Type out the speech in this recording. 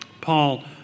Paul